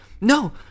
No